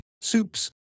soups